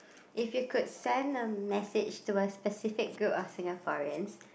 if you could send a message to a specific group of Singaporeans